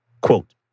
Quote